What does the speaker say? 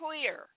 clear